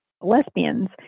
lesbians